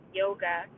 yoga